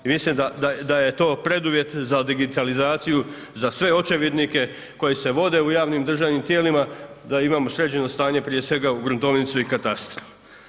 I mislim da je to preduvjet za digitalizaciju, za sve očevidnike koji se vode u javnim državnim tijelima da imamo sređeno stanje prije svega u gruntovnici i katastru.